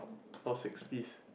for six piece